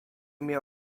mię